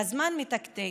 והזמן מתקתק,